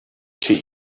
tea